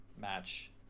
match